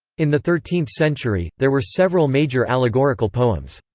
in the thirteenth century, there were several major allegorical poems.